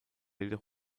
jedoch